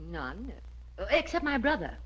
nine except my brother